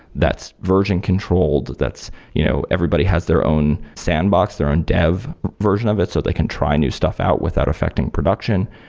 that's version controlled, that you know everybody has their own sandbox, their own dev version of it, so they can try new stuff out without affecting production.